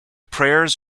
prayers